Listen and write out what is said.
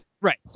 Right